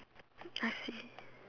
I see